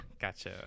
Gotcha